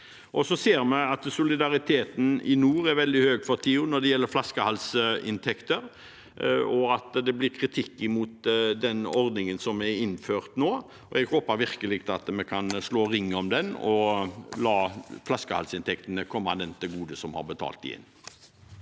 Vi ser at solidariteten i nord er veldig høy for tiden når det gjelder flaskehalsinntekter, og at det er kritikk mot den ordningen som er innført nå. Jeg håper virkelig at vi kan slå ring om den og la flaskehalsinntektene komme dem til gode som har betalt dem